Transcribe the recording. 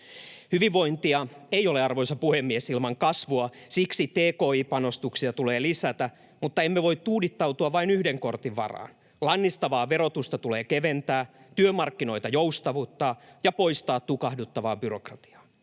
Hyvinvointia ei ole, arvoisa puhemies, ilman kasvua. Siksi tki-panostuksia tulee lisätä, mutta emme voi tuudittautua vain yhden kortin varaan. Lannistavaa verotusta tulee keventää, työmarkkinoita joustavoittaa ja poistaa tukahduttavaa byrokratiaa.